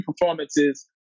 performances